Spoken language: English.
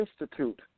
Institute